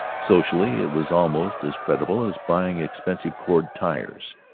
socially it was almost as creditable as buying expensive cord tires.